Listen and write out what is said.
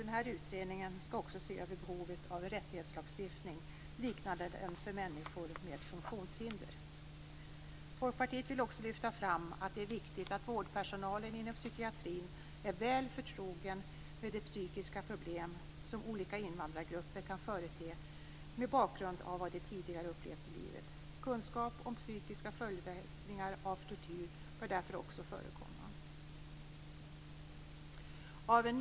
Denna utredning skall också se över behovet av en rättighetslagstiftning, liknande den för människor med funktionshinder. Folkpartiet vill också lyfta fram att det är viktigt att vårdpersonalen inom psykiatrin är väl förtrogen med de psykiska problem som olika invandrargrupper kan förete mot bakgrund av vad de tidigare upplevt i livet. Kunskap om psykiska följdverkningar av tortyr bör därför också förekomma. Fru talman!